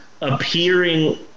appearing